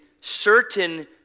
certain